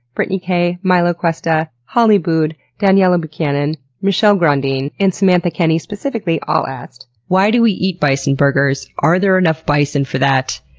brittany k, milo cuesta, holly boud, daniella buchanan, michelle grondine, and samantha kenny specifically all asked why do we eat bison burgers? are there enough bison for that?